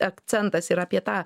akcentas ir apie tą